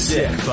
Sick